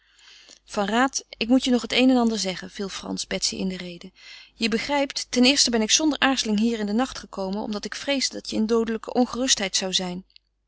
van van raat ik moet je nog het een en ander zeggen viel frans betsy in de rede je begrijpt ten eerste ben ik zonder aarzeling hier in den nacht gekomen omdat ik vreesde dat je in doodelijke ongerustheid zou zijn